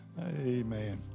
Amen